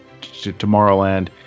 Tomorrowland